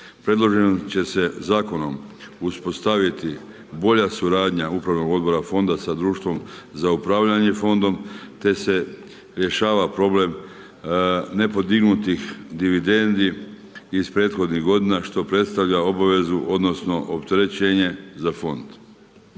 Predloženim će se zakonom uspostaviti bolja suradnja upravnog odbora fonda sa društvom za upravljanje fondom te se rješava problem nepodignutih dividendi iz prethodnih godina što predstavlja obavezu odnosno opterećenje za fond.